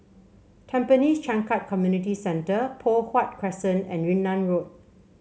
Tampines Changkat Community Centre Poh Huat Crescent and Yunnan Road